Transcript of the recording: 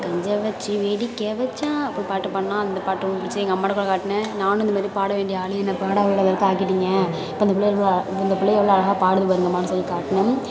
ஒரு பாட்டு பாடினா அந்த பாட்டு ரொம்ப பிடிச்சிது எங்கள் அம்மாகிட்ட கூட காட்டினேன் நானும் இந்தமாதிரி பாட வேண்டிய ஆள் என்னை பாடவிடாத அளவுக்கு ஆக்கிட்டீங்க இப்போ அந்த பிள்ளய எவ்வளோ இப்போ இந்த பிள்ள எவ்வளோ அழகா பாடுது பாருங்கம்மானு சொல்லி காட்டினேன்